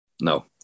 No